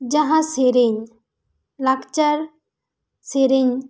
ᱡᱟᱦᱟᱸ ᱥᱮᱨᱮᱧ ᱞᱟᱠᱪᱟᱨ ᱥᱮᱨᱮᱧ